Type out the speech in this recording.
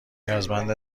نیازمند